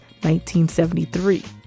1973